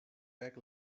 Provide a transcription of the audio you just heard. back